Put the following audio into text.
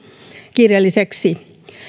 kiireelliseksi